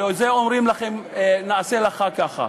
ולזה אומרים: נעשה לך ככה.